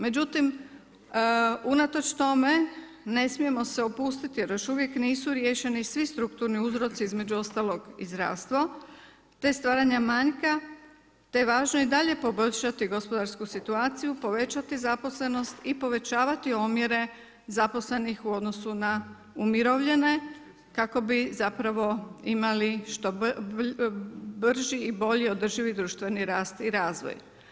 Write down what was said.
Međutim unatoč tome ne smijemo se opustiti jer još uvijek nisu riješeni svi strukturni uzroci između ostalog i zdravstvo te stvaranja manjka te je važno i dalje poboljšati gospodarsku situaciju, povećati zaposlenost i povećavati omjere zaposlenih u odnosu na umirovljene kako bi imali što brži i bolji održivi društveni rast i razvoj.